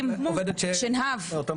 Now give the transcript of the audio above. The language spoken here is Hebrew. שמעתי אותך במשרד, רק בכנסת.